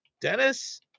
dennis